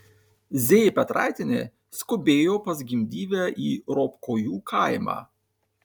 z petraitienė skubėjo pas gimdyvę į ropkojų kaimą